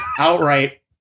outright